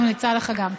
ממליצה לך גם.